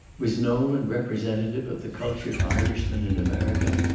was nolan representative of the cultured irishman in america?